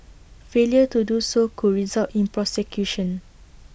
failure to do so could result in prosecution